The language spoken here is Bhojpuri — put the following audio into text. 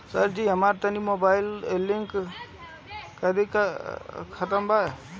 सरजी हमरा तनी मोबाइल से लिंक कदी खतबा के